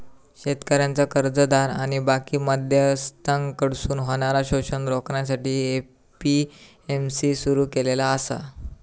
शेतकऱ्यांचा कर्जदार आणि बाकी मध्यस्थांकडसून होणारा शोषण रोखण्यासाठी ए.पी.एम.सी सुरू केलेला आसा